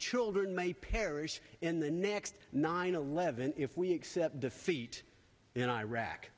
children may perish in the next nine eleven if we accept defeat in iraq